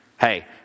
Hey